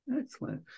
Excellent